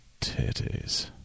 titties